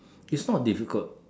is not difficult